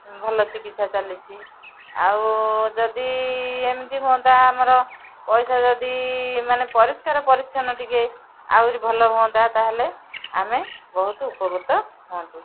ଭଲ ଚିକିତ୍ସା ଚାଲିଛି ଆଉ ଯଦି ଏମିତି ହୁଅନ୍ତା ଆମର ପଇସା ଯଦି ମାନେ ପରିଷ୍କାର ପରିଚ୍ଛନ୍ନ ଟିକେ ଆହୁରି ଭଲ ହୁଅନ୍ତା ତାହେଲେ ଆମେ ବହୁତ ଉପକୃତ ହୁଅନ୍ତୁ